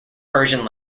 persian